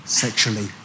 sexually